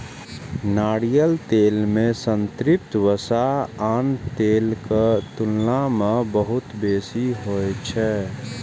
नारियल तेल मे संतृप्त वसा आन तेलक तुलना मे बहुत बेसी होइ छै